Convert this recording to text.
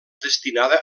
destinada